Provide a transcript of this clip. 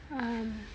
ah